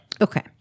Okay